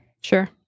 Sure